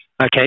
Okay